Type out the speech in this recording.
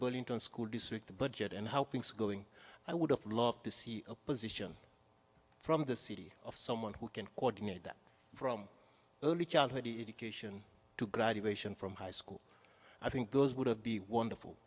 and school district the budget and helping schooling i would have loved to see a position from the city of someone who can coordinate that from early childhood education to graduation from high school i think those would have be wonderful